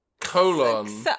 colon